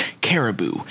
Caribou